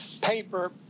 paper